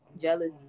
jealous